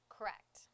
Correct